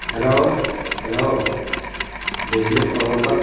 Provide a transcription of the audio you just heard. hello hello ᱵᱤᱡᱽᱞᱤ ᱯᱨᱚᱵᱚᱱᱫᱷᱚᱠ